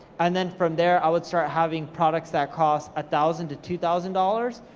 and then from there i would start having products that cost a thousand to two thousand dollars,